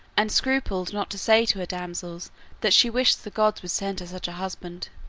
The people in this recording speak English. and scrupled not to say to her damsels that she wished the gods would send her such a husband.